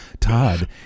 Todd